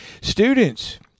Students